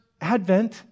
advent